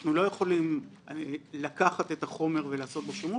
אנחנו לא יכולים לקחת את החומר ולעשות בו שימוש,